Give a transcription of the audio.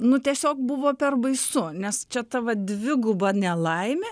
nu tiesiog buvo per baisu nes čia ta va dviguba nelaimė